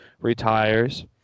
retires